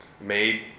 made